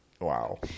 Wow